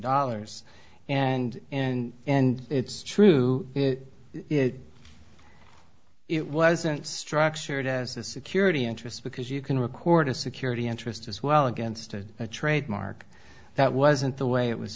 dollars and and and it's true it it wasn't structured as a security interest because you can record a security interest as well against a trademark that wasn't the way it was